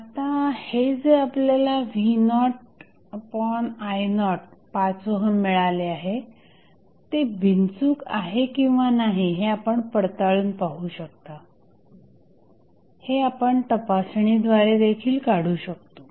आता हे जे आपल्याला v0i0 5 ओहम मिळाले आहे ते बिनचूक आहे किंवा नाही हे आपण पडताळून पाहू शकता हे आपण तपासणीद्वारे देखील काढू शकतो